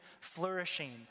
flourishing